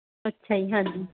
ਅੱਛਾ ਜੀ ਹਾਂਜੀ